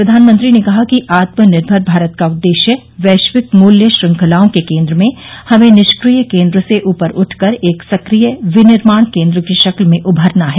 प्रधानमंत्री ने कहा कि आत्मनिर्भर भारत का उद्देश्य वैश्विक मूल्य श्रंखलाओं के केन्द्र में हमें निफ्रिय केन्द्र से ऊपर उठकर एक सक्रिय विनिर्माण केन्द्र की शक्ल में उभरना है